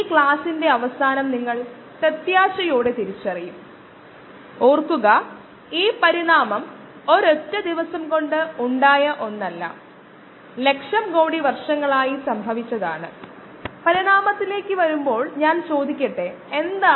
clean slate നേടാൻ മൂന്ന് രീതികൾ സാധ്യമാണ് മൂന്ന് പ്രധാന രീതികൾ സാധ്യമാണ്